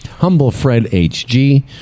HumbleFredHG